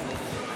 (קורא בשמות חברי הכנסת) משה